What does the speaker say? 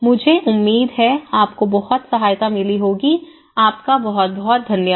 मुझे उम्मीद है आपको बहुत सहायता मिली होगी आपका बहुत बहुत धन्यवाद